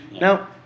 Now